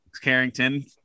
Carrington